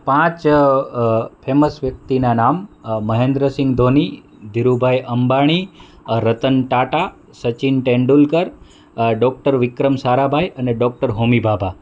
પાંચ ફેમસ વ્યક્તિનાં નામ મહેન્દ્ર સિંહ ધોની ધીરુભાઈ અંબાણી રતન ટાટા સચિન તેંડુલકર ડોક્ટર વિક્રમ સારાભાઈ અને ડોક્ટર હોમી ભાભા